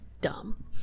Dumb